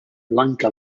blanca